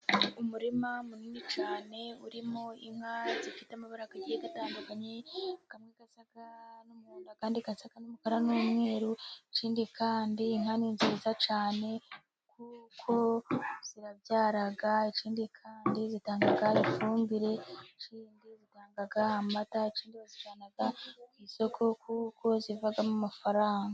Umurima munini cyane urimo inka zifite amabara agiye atandukanye, amwe asa n'umuhondo, ayandi asa n'umukara n'umweru. Ikindi kandi inka ni nziza cyane kuko zirabyara, ikindi kandi zitanga ifumbire, ikindi zitanga amata, ikindi bazijyana ku isoko, kuko zivamo amafaranga.